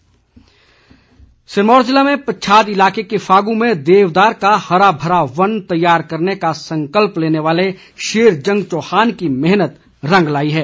देवदार प्रेमी सिरमौर ज़िले में पच्छाद इलाके के फागु में देवदार का हरा भरा वन तैयार करने का संकल्प लेने वाले शेरजंग चौहान की मेहनत रंग लाई है